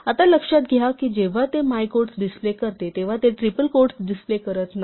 आता लक्षात घ्या की जेव्हा ते माय क्वोट्स डिस्प्ले करते तेव्हा ते ट्रिपल क्वोट्स डिस्प्ले करत नाही